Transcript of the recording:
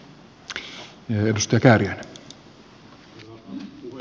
herra puhemies